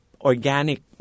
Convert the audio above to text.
organic